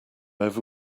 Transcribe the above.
over